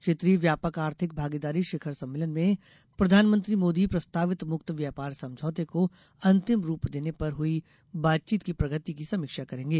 क्षेत्रीय व्यापक आर्थिक भागीदारी शिखर सम्मेलन में प्रधानमंत्री मोदी प्रस्तावित मुक्त व्यापार समझौते को अंतिम रूप देने पर हुई बातचीत की प्रगति की समीक्षा करेंगे